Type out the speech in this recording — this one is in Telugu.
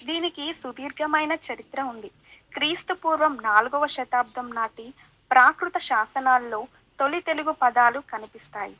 దీనికి సుదీర్ఘమైన చరిత్ర ఉంది క్రీస్తుపూర్వం నాలుగవ శతాబ్దం నాటి ప్రాకృత శాసనాల్లో తొలి తెలుగు పదాలు కనిపిస్తాయి